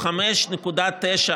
ביום חשוב זה בכנסת ראוי לציין